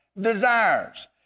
desires